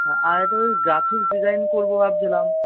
হ্যাঁ আরেকটা ওই গ্রাফিক্স ডিজাইন করব ভাবছিলাম